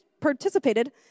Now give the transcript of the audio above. participated